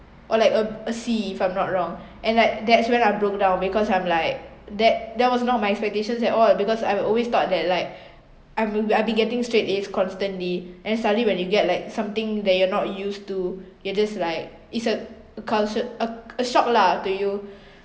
or like a a C if I'm not wrong and like that's when I broke down because I'm like that that was not my expectations at all because I've always thought that like I will be I'll be getting straight A's constantly and suddenly when you get like something that you're not used to you're just like it's a cult~ a a shock lah to you